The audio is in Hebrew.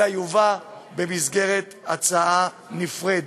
אלא יובא במסגרת הצעה נפרדת.